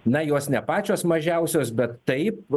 na jos ne pačios mažiausios bet taip